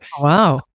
Wow